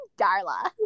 darla